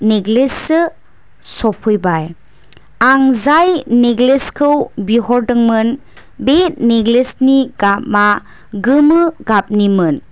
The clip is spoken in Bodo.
नेक्लेस सो सफैबाय आं जाय नेक्लेस खौ बिहरदोंमोन बे नेक्लेस नि गाबआ गोमो गाबनिमोन